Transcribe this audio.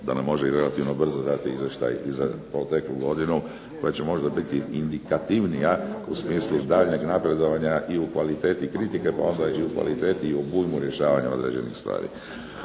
da nam može i relativno brzo dati izvještaj za proteklu godinu koja će možda biti indikativnija u smislu daljnjeg napredovanja u kvaliteti kritike pa onda i u kvaliteti rješavanja određenih stvari.